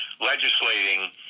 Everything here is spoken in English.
legislating